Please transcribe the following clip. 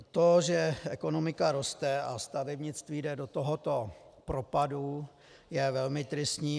To, že ekonomika roste a stavebnictví jde do tohoto propadu, je velmi tristní.